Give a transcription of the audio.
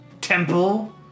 temple